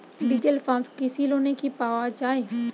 Diesel pump কৃষি লোনে কি পাওয়া য়ায়?